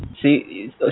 See